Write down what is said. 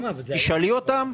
תשאלי אותם,